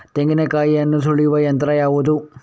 ತೆಂಗಿನಕಾಯಿಯನ್ನು ಸುಲಿಯುವ ಯಂತ್ರ ಯಾವುದು?